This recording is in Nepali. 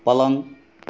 पलङ